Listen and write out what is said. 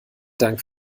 dank